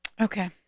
Okay